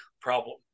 problem